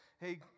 hey